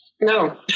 No